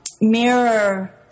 mirror